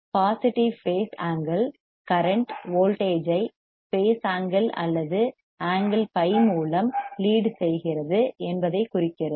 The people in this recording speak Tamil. positive phase angle current voltage ஐ பேஸ் ஆங்கிள் அல்லது ஆங்கிள் பை மூலம் லீட் செய்கிறது என்பதைக் குறிக்கிறது